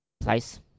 place